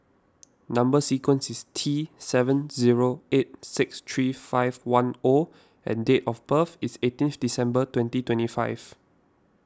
Number Sequence is T seven zero eight six three five one O and date of birth is eighteenth December twenty twenty five